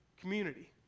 community